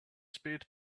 spade